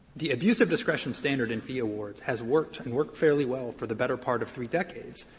the abuse of discretion standard in fee awards has worked and worked fairly well for the better part of three decades.